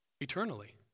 Eternally